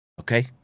okay